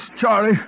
Charlie